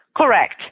Correct